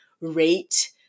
rate